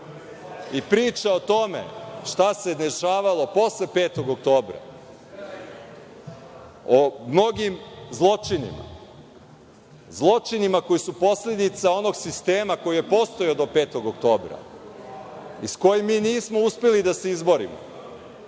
Priča o tome šta se dešavalo posle 5. oktobra, o mnogim zločinima, zločinima koji su posledica onog sistema koji je postojao do 5. oktobra i s kojim mi nismo uspeli da se izborimo